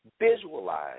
visualize